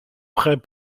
près